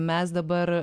mes dabar